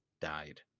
died